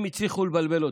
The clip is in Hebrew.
הם הצליחו לבלבל אותי: